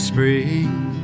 Spring